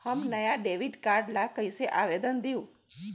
हम नया debit card ला कईसे आवेदन दिउ?